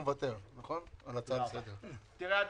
תראה אדוני,